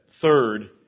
Third